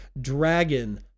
Dragon